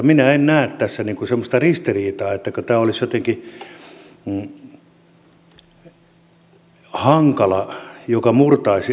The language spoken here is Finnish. minä en näe tässä semmoista ristiriitaa että tämä olisi jotenkin hankala asia joka murtaisi alkon monopolia